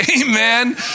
Amen